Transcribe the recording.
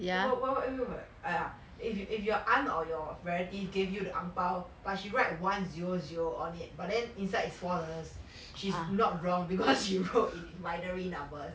what what what 因为我 like !aiya! if your if your aunt or your relative gave you an ang pao but she right one zero zero on it but then inside is four dollars she's not wrong because she wrote in binary numbers